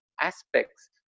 aspects